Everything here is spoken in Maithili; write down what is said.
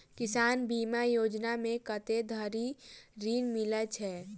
किसान बीमा योजना मे कत्ते धरि ऋण मिलय छै?